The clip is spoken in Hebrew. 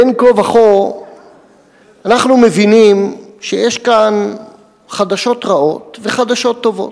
בין כה וכה אנחנו מבינים שיש כאן חדשות רעות וחדשות טובות.